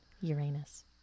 Uranus